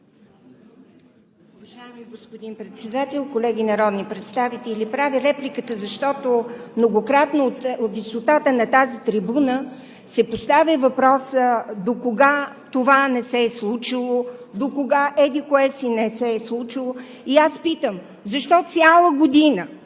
Уважаеми господин Председател, колеги народни представители! Правя репликата, защото многократно от висотата на тази трибуна се поставя въпроса: докога това не се е случило, докога еди-кое си не се е случило? И аз питам: защо цяла година